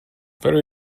very